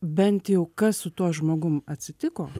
bent jau kas su tuo žmogum atsitiko